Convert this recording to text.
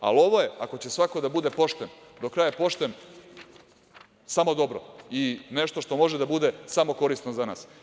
Ali, ovo je, ako će svako da bude pošten, do kraja pošten, samo dobro i nešto što može da bude samo korisno za nas.